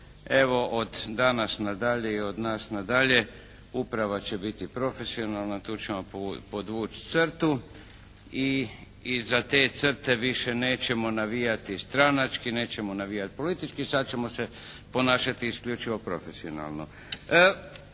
evo od danas na dalje i od nas na dalje uprava će biti profesionalna. Tu ćemo podvući crtu i iza te crte više nećemo navijati stranački. Nećemo navijati politički. Sad ćemo se ponašati isključivo profesionalno.